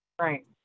right